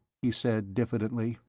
he said diffidently.